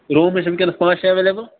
rooms چھِ وُنۍکیٚنَس پانٛژھ شیٚے ایٚویلیبٕل